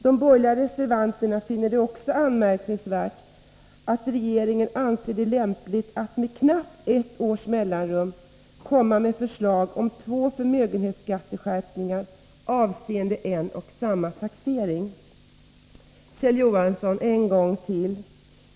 De borgerliga reservanterna finner det anmärkningsvärt att regeringen anser det lämpligt att med knappt ett års mellanrum komma med förslag om två förmögenhetsskatteskärpningar avseende en och samma taxering. Kjell Johansson, en gång till!